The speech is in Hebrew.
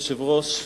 אדוני היושב-ראש,